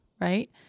right